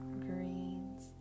greens